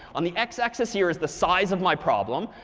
on the x-axis here is the size of my problem.